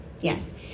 Yes